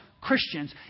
Christians